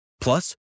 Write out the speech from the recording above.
Plus